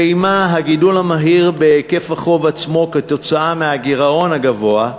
ועמה הגידול המהיר בהיקף החוב עצמו כתוצאה מהגירעון הגבוה,